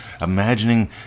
imagining